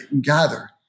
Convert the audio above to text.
gather